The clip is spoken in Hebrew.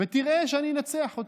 ותראה שאני מנצח אותו,